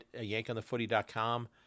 yankonthefooty.com